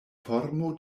formo